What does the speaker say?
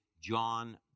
John